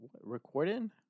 Recording